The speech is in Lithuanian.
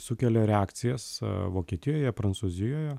sukelia reakcijas vokietijoje prancūzijoje